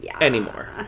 anymore